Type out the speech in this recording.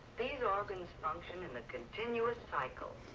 these organs function in a continuous cycle.